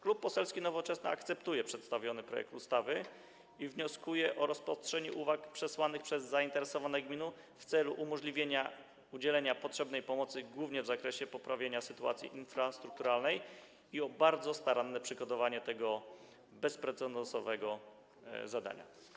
Klub Poselski Nowoczesna akceptuje przedstawiony projekt ustawy i wnioskuje o rozpatrzenie uwag przesłanych przez zainteresowane gminy w celu umożliwienia udzielenia potrzebnej pomocy, głównie w zakresie poprawienia sytuacji infrastrukturalnej, i o bardzo staranne przygotowanie tego bezprecedensowego zadania.